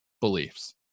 beliefs